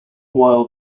while